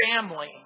family